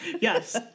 Yes